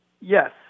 yes